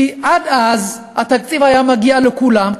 עד אז התקציב היה מגיע לכולם,